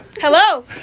Hello